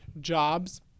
jobs